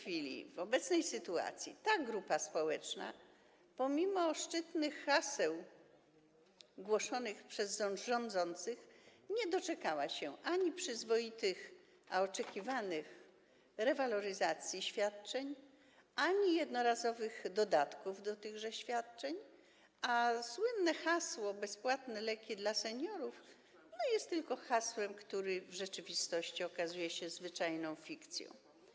W obecnej sytuacji ta grupa społeczna pomimo szczytnych haseł głoszonych przez rządzących nie doczekała się ani oczekiwanych przyzwoitych rewaloryzacji świadczeń, ani jednorazowych dodatków do tychże świadczeń, a słynne hasło „bezpłatne leki dla seniorów” jest tylko hasłem, które w rzeczywistości okazuje się zwyczajną fikcją.